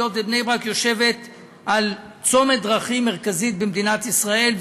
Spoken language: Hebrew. היות שבני-ברק יושבת על צומת דרכים מרכזי במדינת ישראל,